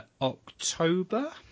October